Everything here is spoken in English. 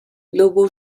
lobo